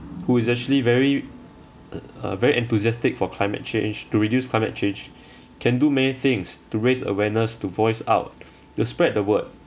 who is actually very uh very enthusiastic for climate change to reduce climate change can do many things to raise awareness to voice out to spread the word